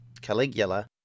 Caligula